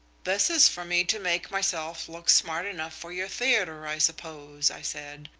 this is for me to make myself look smart enough for your theatre, i suppose i said.